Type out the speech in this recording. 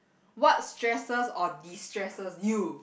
what stresses or destresses you